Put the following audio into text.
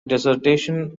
dissertation